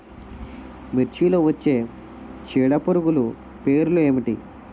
మిర్చిలో వచ్చే చీడపురుగులు పేర్లు ఏమిటి?